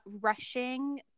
rushing